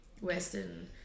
western